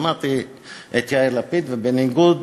שמעתי את יאיר לפיד, ובניגוד,